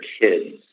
kids